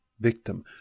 victim